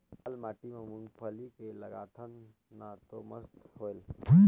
लाल माटी म मुंगफली के लगाथन न तो मस्त होयल?